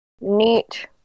Neat